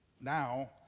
Now